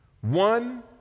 one